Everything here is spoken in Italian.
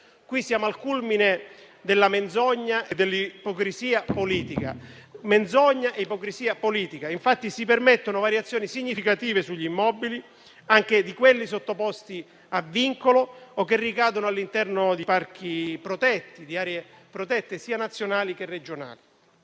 Siamo al culmine della menzogna e dell'ipocrisia politica. Si permettono variazioni significative sugli immobili, anche di quelli sottoposti a vincolo o che ricadono all'interno di parchi e aree protetti sia nazionali sia regionali.